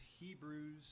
Hebrews